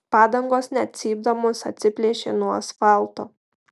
padangos net cypdamos atsiplėšė nuo asfalto